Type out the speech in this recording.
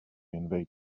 invade